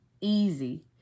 easy